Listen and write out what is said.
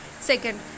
Second